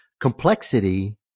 complexity